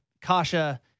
Kasha